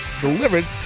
delivered